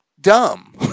dumb